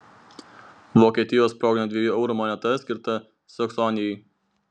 vokietijos proginė dviejų eurų moneta skirta saksonijai